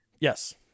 Yes